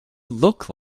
look